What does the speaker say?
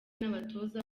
n’abatoza